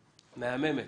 מהממת.